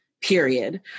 period